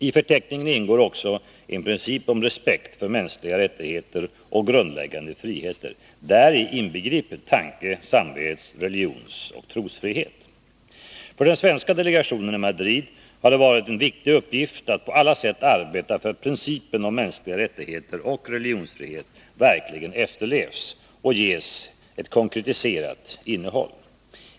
I förteckningen ingår också en princip om respekt för mänskliga rättigheter och grundläggande friheter, däri inbegripet tanke-, samvets-, religionsoch trosfrihet. För den svenska delegationen i Madrid har det varit en viktig uppgift att på alla sätt arbeta för att principen om mänskliga rättigheter och religionsfrihet verkligen efterlevs och ges ett konkretiserat innehåll.